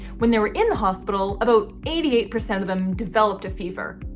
when they were in the hospital about eighty eight percent of them developed a fever.